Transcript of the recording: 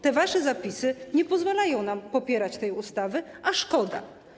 Te wasze zapisy nie pozwalają nam popierać tej ustawy, a szkoda.